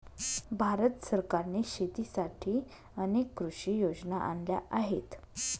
भारत सरकारने शेतीसाठी अनेक कृषी योजना आणल्या आहेत